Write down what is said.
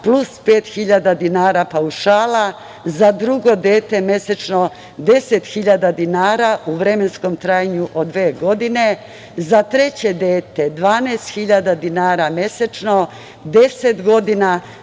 hiljada dinara paušala, za drugo dete mesečno 10 hiljada dinara u vremenskom trajanju od dve godine, za treće dete 12 hiljada dinara mesečno 10 godina,